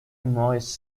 moist